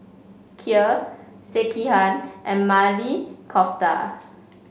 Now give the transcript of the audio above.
Kheer Sekihan and Maili Kofta